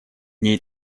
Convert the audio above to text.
ней